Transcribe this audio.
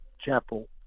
chapel